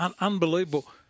unbelievable